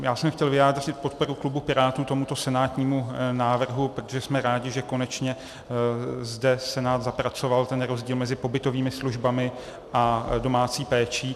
Já jsem chtěl vyjádřit podporu klubu Pirátů tomuto senátnímu návrhu, protože jsme rádi, že konečně zde Senát zapracoval ten rozdíl mezi pobytovými službami a domácí péčí.